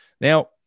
Now